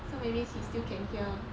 so maybe she still can hear